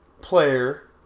player